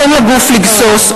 תן לגוף לגסוס,